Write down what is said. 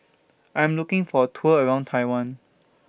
I'm looking For A Tour around Taiwan